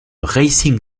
racing